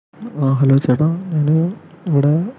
ആ ഹലോ ചേട്ടാ ഞാന് ഇവിടെ